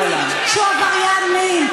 בתור מה אתה מגן על גנדי, שהוא עבריין מין?